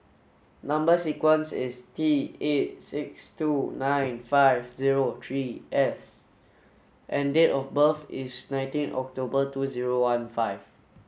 number sequence is T eight six two nine five zero three S and date of birth is nineteen October two zero one five